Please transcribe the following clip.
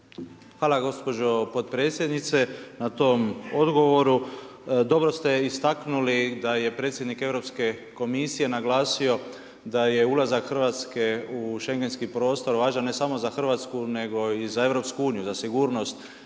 Hvala gospođo potpredsjednice na tom odgovoru. Dobro ste istaknuli da je predsjednik Europske komisije naglasio da je ulazak Hrvatske u schengenski prostor važan ne samo za Hrvatsku, nego i za EU, za sigurnost